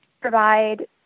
provide